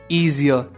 easier